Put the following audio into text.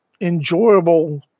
enjoyable